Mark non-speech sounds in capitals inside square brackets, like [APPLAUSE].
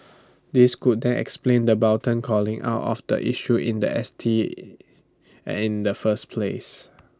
this could then explain the blatant calling out of the issue in The S T [HESITATION] and in the first place